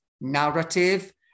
narrative